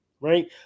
right